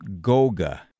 goga